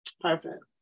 Perfect